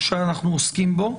שאנחנו עוסקים בו,